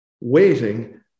waiting